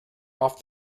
off